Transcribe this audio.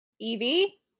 Evie